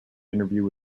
interview